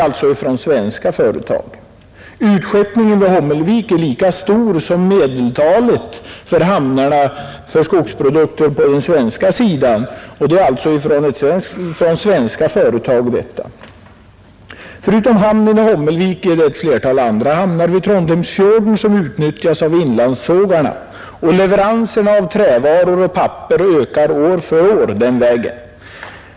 Utskeppningen vid Hommelvik är lika stor som medeltalet för utskeppningen av skogsprodukter från svenska företag vid hamnarna på den svenska ostkusten. Förutom hamnen i Hommelvik är det ett flertal hamnar vid Trondheimsfjorden som utnyttjas av inlandssågarna, och leveransena av Nr 63 trävaror och papper ökar år för år denna väg.